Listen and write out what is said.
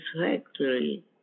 factory